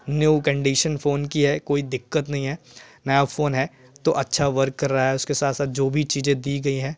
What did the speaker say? new condition phone की है कोई दिक़्क़त नहीं है नया फ़ोन है तो अच्छा वर्क कर रहा है उसके साथ साथ जो भी चीज़ें दी गईं हैं